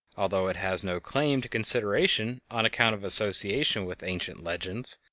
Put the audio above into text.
although it has no claim to consideration on account of association with ancient legends.